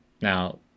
now